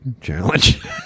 challenge